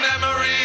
memories